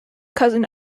cousin